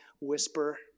whisper